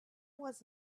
was